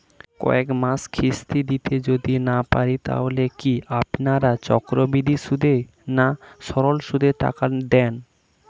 কয়েক মাস কিস্তি দিতে যদি না পারি তাহলে কি আপনারা চক্রবৃদ্ধি সুদে না সরল সুদে টাকা দেন?